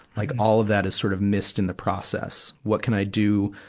like all of that is sort of missed in the process. what can i do,